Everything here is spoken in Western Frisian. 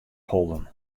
holden